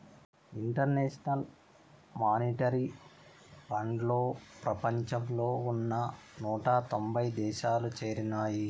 international monetary ఫండ్లో ప్రపంచంలో ఉన్న నూట తొంభై దేశాలు చేరినాయి